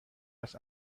است